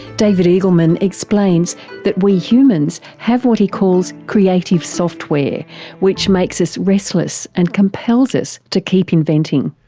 david eagleman explains that we humans have what he calls creative software which makes us restless and compels us to keep inventing.